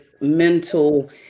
mental